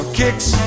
kicks